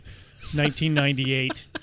1998